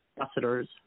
ambassadors